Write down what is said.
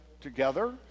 together